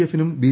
എഫിനു് B